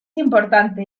importante